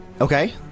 okay